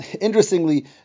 interestingly